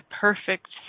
perfect